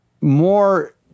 more